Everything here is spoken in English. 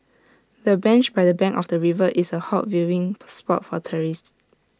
the bench by the bank of the river is A hot viewing spot for tourists